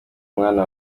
umwana